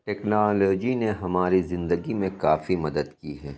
technology نے ہماری زندگی میں کافی مدد کی ہے